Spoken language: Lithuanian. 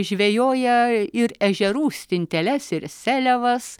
žvejoja ir ežerų stinteles ir seliavas